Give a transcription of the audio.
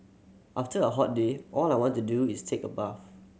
after a hot day all I want to do is take a bath